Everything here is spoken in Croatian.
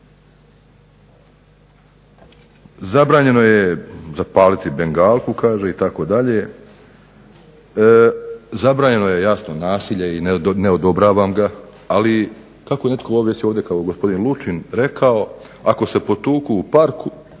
zabranjeno je zapaliti bengalku kaže itd., zabranjeno je jasno nasilje i ne odobravam ga, ali kako netko je već ovdje kao gospodin Lučin rekao ako se potuku u parku